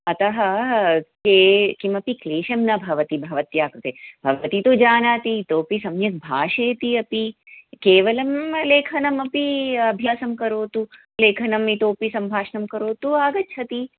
अतः के किमपि क्लेशं न भवति भवत्याः कृते भवती तु जानाति इतोऽपि सम्यक् भाषेति अपि केवलं लेखनमपि अभ्यासं करोतु लेखनम् इतोपि सम्भाषणं करोतु आगच्छति